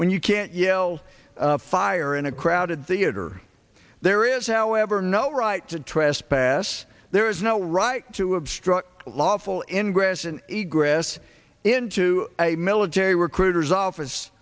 when you can't yell fire in a crowded theater there is however no right to trespass there is no right to obstruct lawful in grass and a grass into a military recruiters office